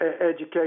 education